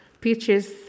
peaches